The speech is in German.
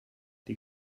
die